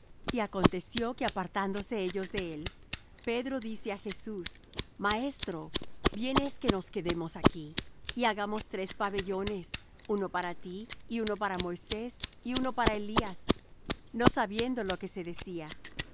y aconteció que apartándose ellos de él pedro dice á jesús maestro bien es que nos quedemos aquí y hagamos tres pabellones uno para ti y uno para moisés y uno para elías no sabiendo lo que se decía